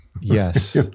Yes